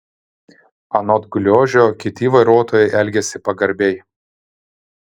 anot gliožio kiti vairuotojai elgiasi pagarbiai